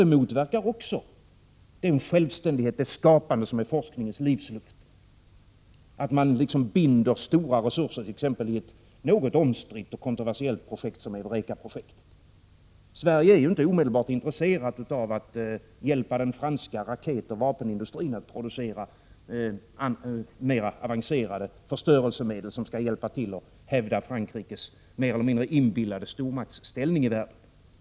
Detta motverkar också den självständighet, det skapande som är forskningens livsluft, t.ex. genom att man binder stora resurser i ett något omstritt och kontroversiellt projekt som Eurekaprojektet. Sverige är ju inte omedelbart intresserat av att hjälpa den franska raketoch vapenindustrin att producera mera avancerade förstörelsemedel som skall hjälpa till att hävda Frankrikes mer eller mindre inbillade stormaktsställning.